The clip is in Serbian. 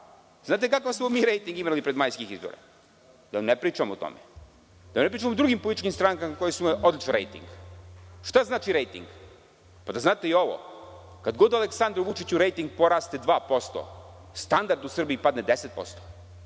Znate kakav smo mi rejting imali pred majske izbore, da ne pričam o tome. Da ne pričam o drugim političkim strankama koje su imale odličan rejting. Šta znači rejting? Kad god Aleksandru Vučiću rejting poraste 2%, standard u Srbiji padne 50%.